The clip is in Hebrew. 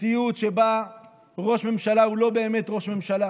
מציאות שבה ראש ממשלה הוא לא באמת ראש ממשלה.